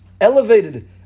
elevated